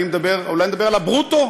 אני מדבר אולי על הברוטו-משפחות,